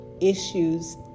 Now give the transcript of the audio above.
issues